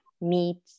meat